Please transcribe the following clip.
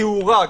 תאורה,